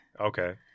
Okay